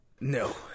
No